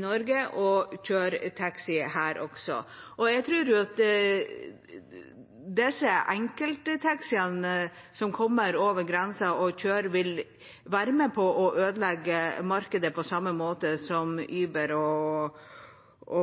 Norge og kjøre taxi her også. Jeg tror at disse enkelttaxiene som kommer over grensen og kjører, vil være med på å ødelegge markedet på samme måte som Uber og